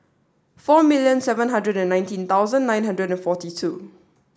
four million seven hundred and nineteen thousand nine hundred forty two